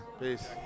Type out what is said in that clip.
Peace